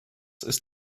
ist